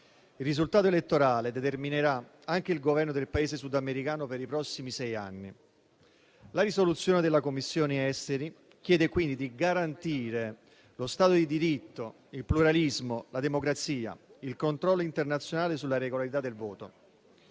Il risultato elettorale determinerà anche il Governo del Paese sudamericano per i prossimi sei anni. La risoluzione della Commissione affari esteri chiede quindi di garantire lo Stato di diritto, il pluralismo, la democrazia, il controllo internazionale sulla regolarità del voto: